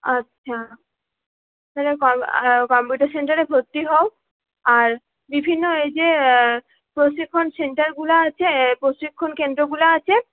আচ্ছা কম্পিউটার সেন্টারে ভর্তি হও আর বিভিন্ন এই যে প্রশিক্ষণ সেন্টারগুলো আছে প্রশিক্ষণ কেন্দ্রগুলো আছে